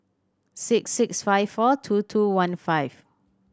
six six five four two two one five